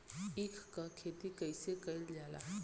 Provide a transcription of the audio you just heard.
ईख क खेती कइसे कइल जाला?